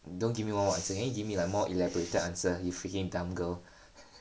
don't give me one word answer can you give me like more elaborated answer you freaking dumb girl